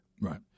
Right